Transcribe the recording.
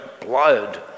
blood